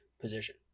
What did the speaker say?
position